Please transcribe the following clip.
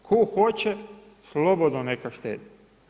Tko hoće, slobodno neka štedi.